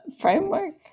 framework